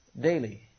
daily